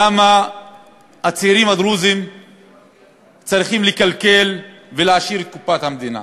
למה הצעירים הדרוזים צריכים לכלכל ולהעשיר את קופת המדינה